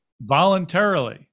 voluntarily